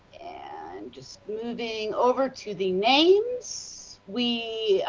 and, just moving over to the names we,